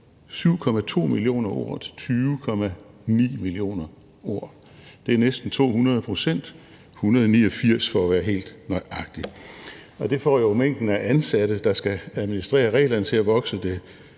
7,2 millioner ord til 20,9 millioner ord. Det er en stigning på næsten 200 pct., 189 pct. for at være helt nøjagtig. Det får jo mængden af ansatte, der skal administrere reglerne, til at vokse. Det